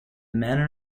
manor